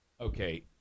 Okay